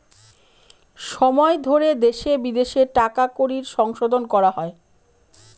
সময় ধরে দেশে বিদেশে টাকা কড়ির সংশোধন করা হয়